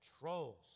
Trolls